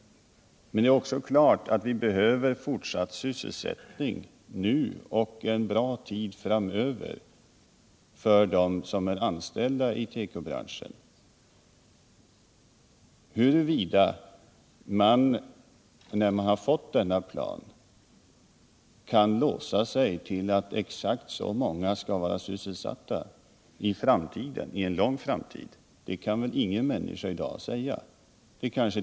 Men det är också klart att vi behöver fortsatt sysselsättning nu och en bra bit framöver för dem som är anställda i tekobranschen. Om man när planen är klar för en fång tid framöver kan låsa sig vid ett exakt antal sysselsatta, kan väl ingen människa säga någonting om i dag. Det kan t.